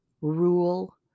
rule